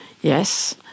Yes